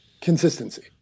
consistency